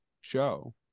show